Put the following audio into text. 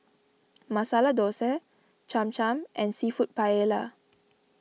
Masala Dosa Cham Cham and Seafood Paella